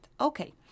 Okay